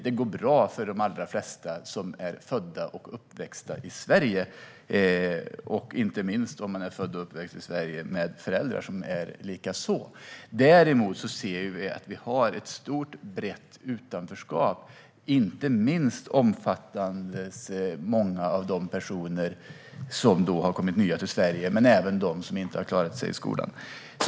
Det går bra för de allra flesta som är födda och uppväxta i Sverige, inte minst för dem som har föräldrar som också är det. Men problemet är att vi har ett stort och brett utanförskap, inte minst omfattande många av de personer som kommit nya till Sverige, men även dem som inte klarat sig i skolan.